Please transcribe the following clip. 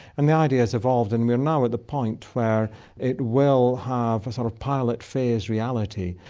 and the idea has evolved and we're now at the point where it will have a sort of pilot phase reality.